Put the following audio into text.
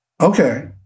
okay